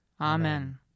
Amen